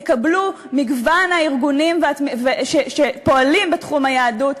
יקבלו מגוון הארגונים שפועלים בתחום היהדות,